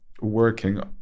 working